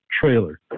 trailer